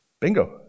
Bingo